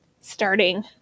starting